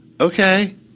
okay